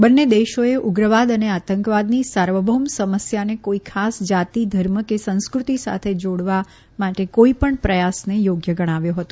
બંને દેશોએ ઉગ્રવાદ અને આતંકવાદની સાર્વલૌમ સમસ્યાને કોઈ ખાસ જાતિ ધર્મ કે સંસ્ક્રતિ સાથે જોડવા માટે કોઈપણ પ્રથાસને યોગ્ય ગણાવ્યો હતો